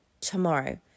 tomorrow